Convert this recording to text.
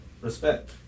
Respect